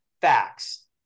facts